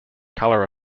color